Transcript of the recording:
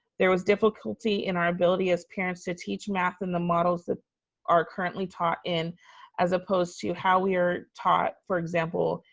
there was difficulty in our ability as parents to teach math in the models that are currently taught in as opposed to how we are taught, for example,